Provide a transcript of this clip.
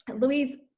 but louise,